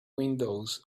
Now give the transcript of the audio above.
windows